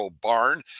barn